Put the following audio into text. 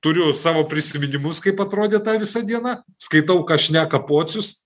turiu savo prisiminimus kaip atrodė ta visa diena skaitau ką šneka pocius